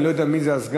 אני לא יודע מי זה הסגן,